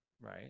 Right